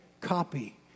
Copy